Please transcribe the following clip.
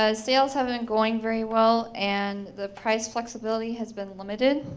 ah sales haven't going very well, and the price flexibility has been limited.